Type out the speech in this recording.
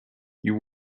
you